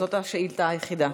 זו השאילתה היחידה.